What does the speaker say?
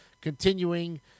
continuing